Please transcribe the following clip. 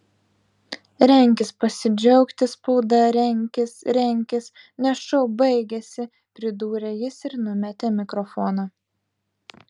renkis pasidžiaugti spauda renkis renkis nes šou baigėsi pridūrė jis ir numetė mikrofoną